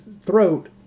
throat